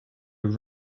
are